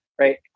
Right